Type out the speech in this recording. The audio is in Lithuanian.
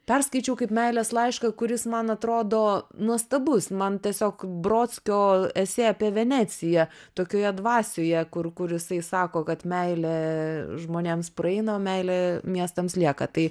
perskaičiau kaip meilės laišką kuris man atrodo nuostabus man tiesiog brodskio esė apie veneciją tokioje dvasioje kur kur jisai sako kad meilė žmonėms praeina o meilė miestams lieka tai